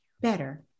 Better